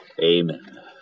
Amen